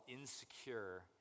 insecure